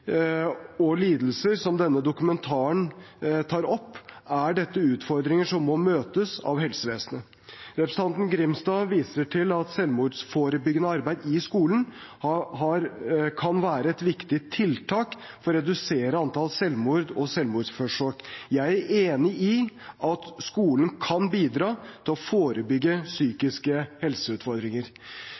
og lidelser som denne dokumentaren tar opp, er dette utfordringer som må møtes av helsevesenet. Representanten Grimstad viser til at selvmordsforebyggende arbeid i skolen kan være et viktig tiltak for å redusere antall selvmord og selvmordsforsøk. Jeg er enig i at skolen kan bidra til å forebygge psykiske helseutfordringer.